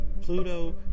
Pluto